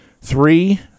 Three